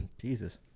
Jesus